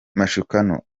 mashukano